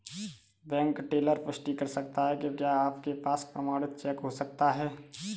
Bank teller पुष्टि कर सकता है कि क्या आपके पास प्रमाणित चेक हो सकता है?